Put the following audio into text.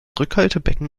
rückhaltebecken